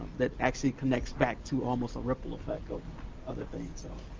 that actually connects back to almost a ripple effect of other things. so